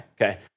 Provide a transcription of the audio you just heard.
Okay